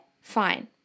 Fine